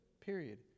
period